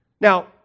Now